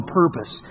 purpose